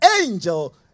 angel